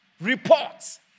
reports